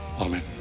Amen